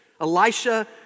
Elisha